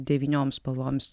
devyniom spalvoms